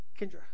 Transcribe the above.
Kendra